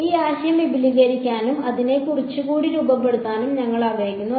ഈ ആശയം വിപുലീകരിക്കാനും അതിനെ കുറച്ചുകൂടി രൂപപ്പെടുത്താനും ഞങ്ങൾ ആഗ്രഹിക്കുന്നു